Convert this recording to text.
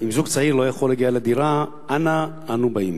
אם זוג צעיר לא יכול להגיע לדירה, אנה אנחנו באים?